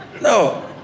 No